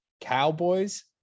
Cowboys